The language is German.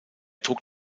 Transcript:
trug